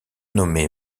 nommé